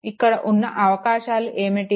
ఇక్కడ ఉన్న అవకాశాలు ఏమిటి